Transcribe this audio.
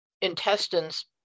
intestines